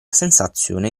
sensazione